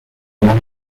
محقق